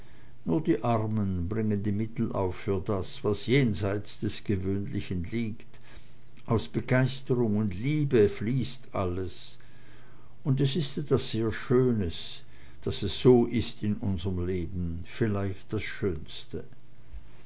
nur die armen bringen die mittel auf für das was jenseits des gewöhnlichen liegt aus begeisterung und liebe fließt alles und es ist etwas sehr schönes daß es so ist in unserm leben vielleicht das schönste